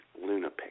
Lunapic